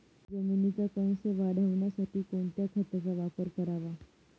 जमिनीचा कसं वाढवण्यासाठी कोणत्या खताचा वापर करावा?